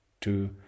two